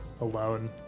alone